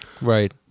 Right